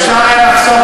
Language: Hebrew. אתה רוצה לשמוע,